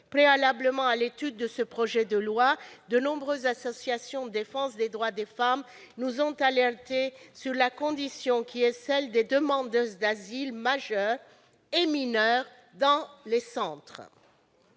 préalablement à l'étude du projet de loi, de nombreuses associations de défense des droits des femmes nous ont alertés sur la condition des demandeuses d'asile, majeures et mineures, dans les centres.